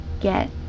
get